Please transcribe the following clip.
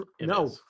no